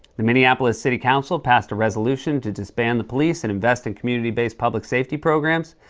the minneapolis city council passed a resolution to disband the police and invest in community-based public safety programs.